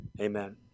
amen